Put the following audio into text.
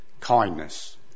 kindness